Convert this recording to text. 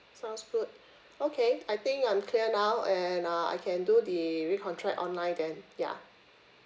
sounds good okay I think I'm clear now and uh I can do the recontract online then ya